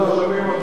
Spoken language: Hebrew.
לא שומעים.